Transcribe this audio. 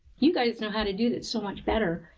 you guys know how to do that so much better.